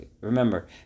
remember